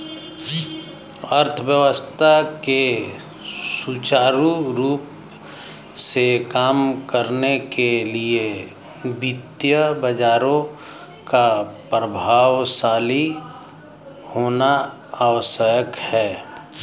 अर्थव्यवस्था के सुचारू रूप से काम करने के लिए वित्तीय बाजारों का प्रभावशाली होना आवश्यक है